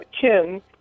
Kim